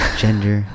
gender